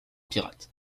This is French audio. pirate